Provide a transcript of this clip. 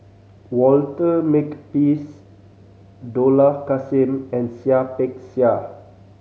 Walter Makepeace Dollah Kassim and Seah Peck Seah